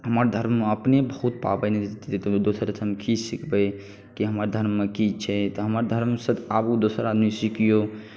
हमर धर्ममे अपने पाबनि बहुत तऽ दोसर धर्मसँ हम की सिखबै कि हमर धर्ममे की छै तऽ हमर धर्मसँ आबू दोसर आदमी सिखियौ